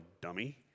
dummy